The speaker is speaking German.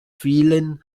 fielen